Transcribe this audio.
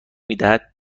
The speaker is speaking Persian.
میدهد